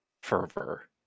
fervor